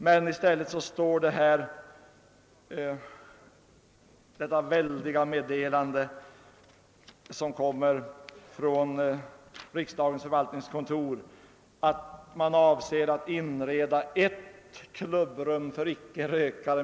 Men i stället har vi fått detta meddelande från riksdagens förvaltningskontor om att man avser att inreda ett klubbrum för icke rökare.